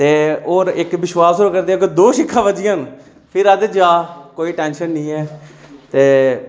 ते होर इक्क विश्वास होर करदे के दो शिक्कां बज्जी जान ते फिर आखदे जा कोई टैंशन नीं ऐ ते